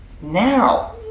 now